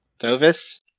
Thovis